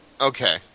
Okay